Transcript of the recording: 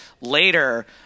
later